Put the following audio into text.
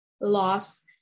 loss